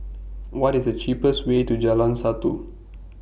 What IS The cheapest Way to Jalan Satu